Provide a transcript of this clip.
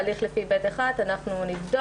בהליך לפי סעיף (ב)(1) אנחנו נבדוק,